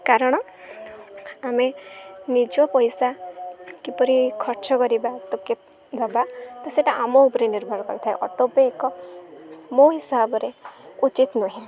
କାରଣ ଆମେ ନିଜ ପଇସା କିପରି ଖର୍ଚ୍ଚ କରିବା ତ କେତେ ଦେବା ତ ସେଟା ଆମ ଉପରେ ନିର୍ଭର କରିଥାଏ ଅଟୋପେ ଏକ ମୋ ହିସାବରେ ଉଚିତ୍ ନୁହେଁ